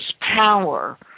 power